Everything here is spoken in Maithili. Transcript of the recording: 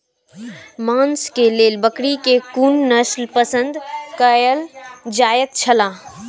मांस के लेल बकरी के कुन नस्ल पसंद कायल जायत छला?